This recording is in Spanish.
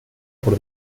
por